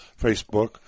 Facebook